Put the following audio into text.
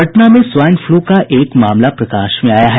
पटना में swine flu का एक मामला प्रकाश में आया है